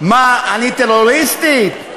מה, אני טרוריסטית?